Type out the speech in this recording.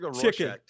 chicken